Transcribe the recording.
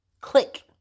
click